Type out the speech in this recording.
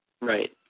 right